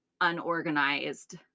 unorganized